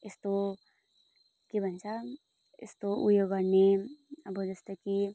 यस्तो के भन्छ यस्तो उयो गर्ने अब जस्तो कि